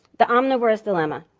the omnivore's dilemma.